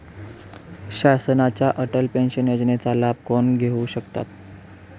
शासनाच्या अटल पेन्शन योजनेचा लाभ कोण घेऊ शकतात?